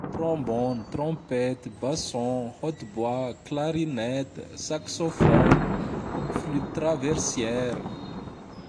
Trombône, trompette, basson, haut bois, clarinette, saxophone, flûte traversière.